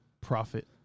profit